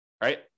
right